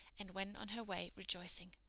and went on her way rejoicing.